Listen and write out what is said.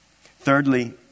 Thirdly